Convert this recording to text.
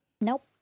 Nope